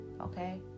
okay